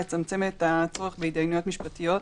לצמצם את הצורך בהתדיינויות משפטיות.